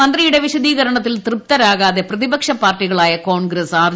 മന്ത്രിയുടെ വിശദീകരണത്തിൽ തൃപ്തരാകാതെ പ്രതിപക്ഷ പാർട്ടികളായ കോൺഗ്രസ് ആർ